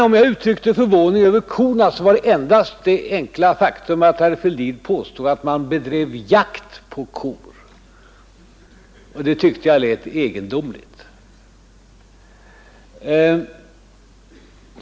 Om jag uttryckte förvåning över korna var det endast på grund av det enkla faktum att herr Fälldin påstod att man bedrev jakt på kor, och det tyckte jag lät egendomligt.